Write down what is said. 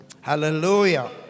Hallelujah